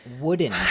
Wooden